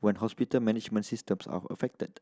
when hospital management systems are affected